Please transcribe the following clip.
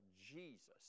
Jesus